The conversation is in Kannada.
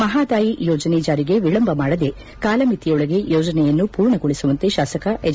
ಮಹದಾಯಿ ಯೋಜನೆ ಜಾರಿಗೆ ವಿಳಂಬ ಮಾಡದೆ ಕಾಲಮಿತಿಯೊಳಗೆ ಯೋಜನೆಯನ್ನು ಪೂರ್ಣ ಗೊಳಿಸುವಂತೆ ಶಾಸಕ ಎಚ್